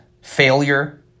failure